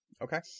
Okay